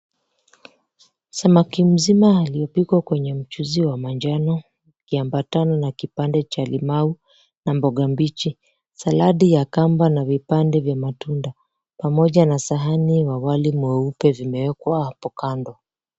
Samaki mzima aliyepikwa kwenye mchuzi wa manjano ukiambatana na kipande cha limau na mboga mbichi. Saladi ya kamba na vipande vya matunda pamoja na sahani ya wali mweupe vimewekwa hapo kando.